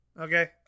Okay